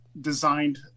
designed